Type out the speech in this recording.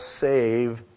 save